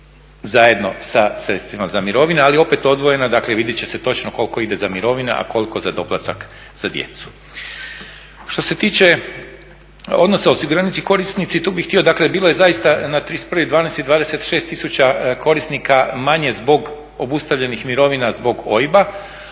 zajedno sa sredstvima za mirovine. Ali opet, odvojeno, dakle vidjet će se točno koliko ide za mirovine, a koliko za doplatak za djecu. Što se tiče odnosa osiguranici korisnici, tu bih htio, dakle, bilo je zaista na 31.12. 26 tisuća korisnika manje zbog obustavljenih mirovina, zbog OIB-a,